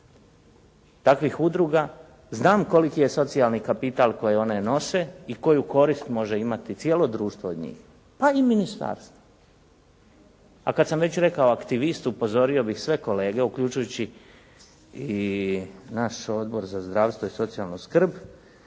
takvih udruga znam koliki je socijalni kapital koje one nose i koju korist može imati cijelo društvo od njih, pa i ministarstvo. A kada sam već rekao aktivist upozorio bih sve kolege, uključujući i naš Odbor za zdravstvo i socijalnu skrb